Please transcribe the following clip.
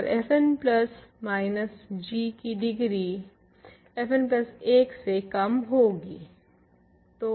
और fn plus 1 minus g की degree fn plus 1 की डिग्री से कम होती थी